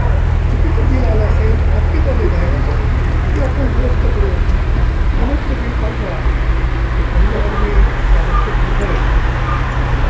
चुकीचं बिल आलं असेल नक्कीच आलेलं आहे ते आपण दुरस्त करून पुनश्च बिल पाठवा म्हणजे मग मी ताबडतोब बिल भरेल